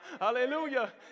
hallelujah